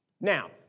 Now